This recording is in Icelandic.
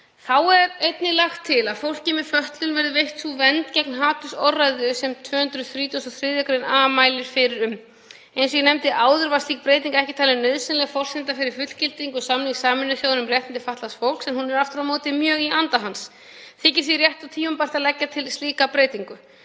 Þá er einnig lagt til að fólki með fötlun verði veitt sú vernd gegn hatursorðræðu sem 233. gr. a mælir fyrir um. Eins og ég nefndi áður var slík breyting ekki talin nauðsynleg forsenda fyrir fullgildingu samnings Sameinuðu þjóðanna um réttindi fatlaðs fólks en hún er aftur á móti mjög í anda hans. Þykir því rétt og tímabært að leggja til slíka breytingu.